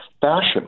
fashion